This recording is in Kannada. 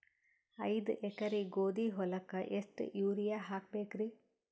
ಐದ ಎಕರಿ ಗೋಧಿ ಹೊಲಕ್ಕ ಎಷ್ಟ ಯೂರಿಯಹಾಕಬೆಕ್ರಿ?